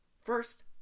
First